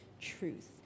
truth